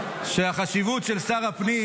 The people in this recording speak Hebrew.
שהחשיבות של שר הפנים